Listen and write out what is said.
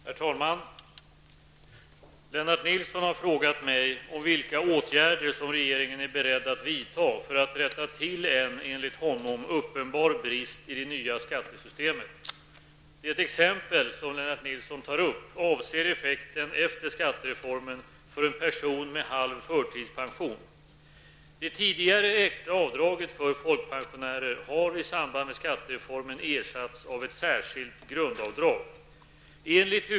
Herr talman! Lennart Nilsson har frågat mig om vilka åtgärder som regeringen är beredd att vidta för att rätta till en enligt honom uppenbar brist i det nya skattesystemet. Det exempel som Lennart Nilsson tar upp avser effekten efter skattereformen för en person med halv förtidspension.